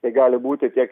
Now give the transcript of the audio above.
tai gali būti tiek